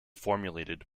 formulated